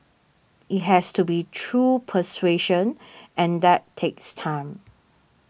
it has to be through persuasion and that takes time